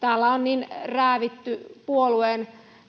täällä on niin räävitty puolueen